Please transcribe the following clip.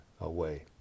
away